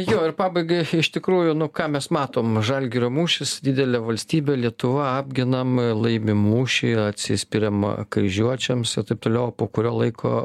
jo ir pabaigai iš tikrųjų nu ką mes matom žalgirio mūšis didelė valstybė lietuva apginam laimim mūšį atsispiriam kryžiuočiams ir taip toliau po kurio laiko